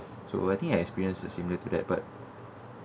so I think I experienced a similar to that but